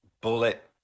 bullet